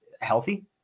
healthy